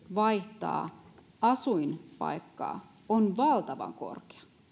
vaihtaa asuinpaikkaa on valtavan korkea